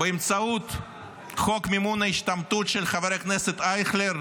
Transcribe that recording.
באמצעות חוק מימון ההשתמטות של חבר הכנסת אייכלר,